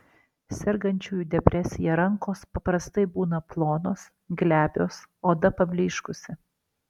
sergančiųjų depresija rankos paprastai būna plonos glebios oda pablyškusi